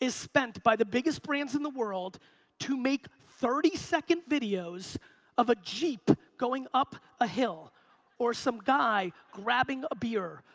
is spent by the biggest brands in the world to make thirty second videos of a jeep going up a hill or some guy grabbing a beer,